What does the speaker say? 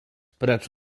precz